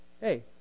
hey